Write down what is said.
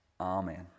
Amen